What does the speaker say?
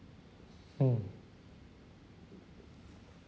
mm